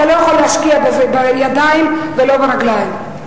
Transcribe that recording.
אתה לא יכול להשקיע בידיים ולא ברגליים.